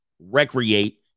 recreate